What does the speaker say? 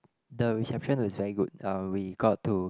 the reception was very good uh we got to